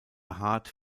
hart